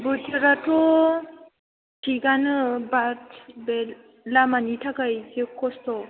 बोथोराथ' थिगानो बाट बे लामानि थाखाय एसे खस्थ'